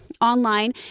online